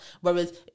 Whereas